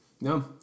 No